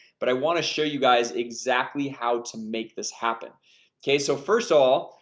but i want to show you guys exactly how to make this happen okay. so first of all,